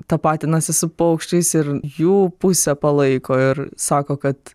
tapatinasi su paukščiais ir jų pusę palaiko ir sako kad